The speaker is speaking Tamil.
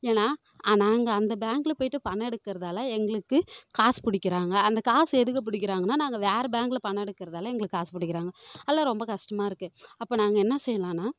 ஏன்னால் நாங்கள் அந்த பேங்கில் போய்ட்டு பணம் எடுக்கறதால எங்களுக்கு காசு பிடிக்கிறாங்க அந்த காசு எதுக்கு பிடிக்கிறாங்கன்னா நாங்கள் வேறு பேங்கில் பணம் எடுக்கிறதால எங்களுக்கு காசு பிடிக்கிறாங்க அதெலாம் ரொம்ப கஷ்டமாக இருக்குது அப்போது நாங்கள் என்ன செய்யலாம்னா